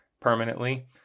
permanently